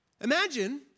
Imagine